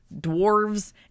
dwarves